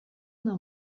una